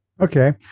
okay